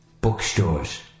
Bookstores